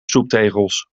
stoeptegels